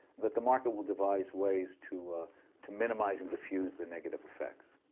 that the market will devise ways to to minimize and diffuse the negative effects.